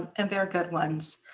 and they're good ones.